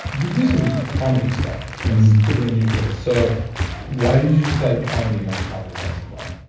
you do some comedy stuff that's pretty unusual. so why did you decide comedy on top of basketball?